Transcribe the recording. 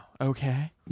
okay